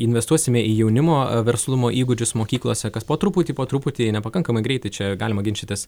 investuosime į jaunimo verslumo įgūdžius mokyklose kas po truputį po truputį nepakankamai greitai čia galima ginčytis